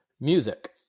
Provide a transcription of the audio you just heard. music